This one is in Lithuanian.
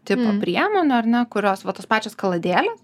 tipo priemonių ar ne kurios va tos pačios kaladėlės